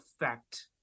effect